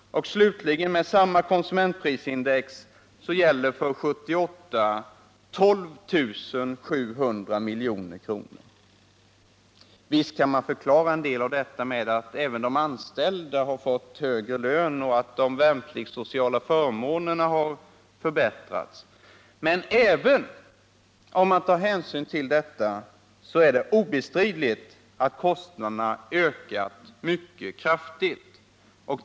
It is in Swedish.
Slutligen, med samma konsumentprisindex som gällde för år 1978, var kostnaderna uppe i 12 700 milj.kr. Visst kan man förklara en del av detta med att de anställda har fått högre löner och att de värnpliktiga har fått bättre sociala förmåner. Men även om man tar hänsyn till detta är det obestridligen så att försvarskostnaderna ökat mycket kraftigt.